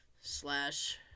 slash